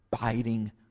biting